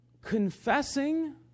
confessing